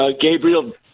Gabriel